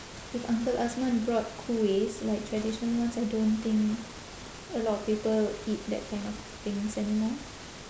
if uncle azman brought kuihs like traditional ones I don't think a lot of people eat that kind of things anymore